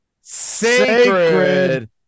sacred